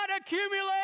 accumulate